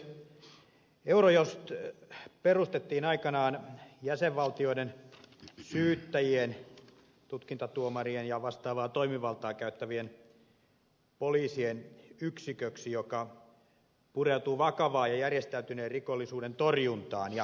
eurojust perustettiin aikanaan jäsenvaltioiden syyttäjien tutkintatuomarien ja vastaavaa toimivaltaa käyttävien poliisien yksiköksi joka pureutuu vakavan ja järjestäytyneen rikollisuuden torjuntaan ja tehostaa sitä